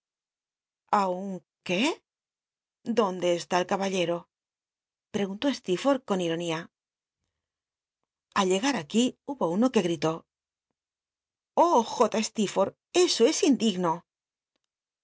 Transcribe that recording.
r ué dónde eslti el caballero j i'cgunló slecrforlh con it'onia al llegar ac ui hubo uno que gl'iló oh j steerforth eso es indigno